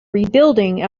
rebuilding